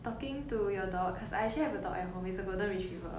talking to your dog cause I actually have a dog at home it's a golden retriever